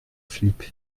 philippe